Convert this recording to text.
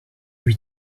lui